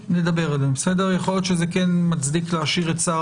יכול להיות שזה כן מצדיק להשאיר את שר